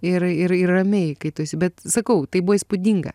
ir ir ir ramiai kai tu esi bet sakau tai buvo įspūdinga